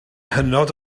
hynod